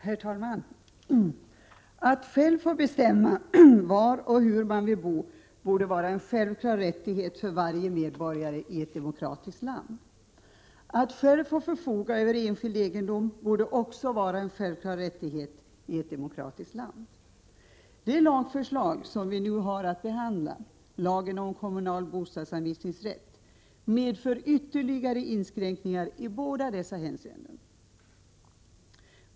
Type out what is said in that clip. Herr talman! Att själv få bestämma var och hur man vill bo borde vara en självklar rättighet för varje medborgare i ett demokratiskt land. Att själv få förfoga över enskild egendom borde också vara en självklar rättighet i ett demokratiskt land. Det lagförslag som vi nu har att behandla — lagen om kommunal bostadsanvisningsrätt — medför ytterligare inskränkningar i båda dessa hänseenden.